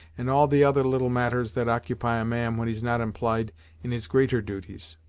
and all the other little matters that occupy a man when he's not empl'y'd in his greater duties.